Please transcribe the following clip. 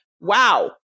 Wow